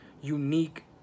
unique